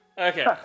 Okay